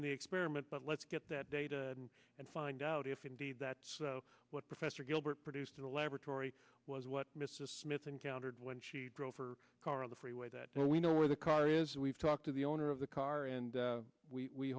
in the experiment but let's get that data and find out if indeed that's what professor gilbert produced in a laboratory was what mrs smith encountered when she drove her car on the freeway that we know where the car is we've talked to the owner of the car and